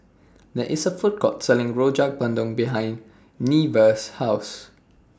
There IS A Food Court Selling Rojak Bandung behind Nevaeh's House